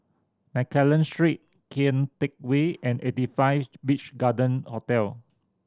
Mccallum Street Kian Teck Way and Eighty Five Beach Garden Hotel